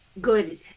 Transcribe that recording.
good